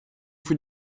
für